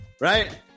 Right